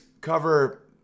cover